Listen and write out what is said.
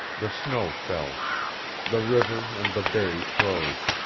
the snow fell the river and the bay froze.